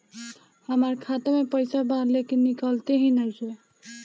हमार खाता मे पईसा बा लेकिन निकालते ही नईखे?